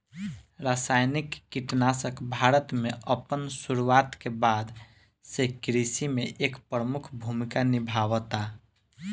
रासायनिक कीटनाशक भारत में अपन शुरुआत के बाद से कृषि में एक प्रमुख भूमिका निभावता